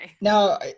Now